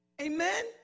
Amen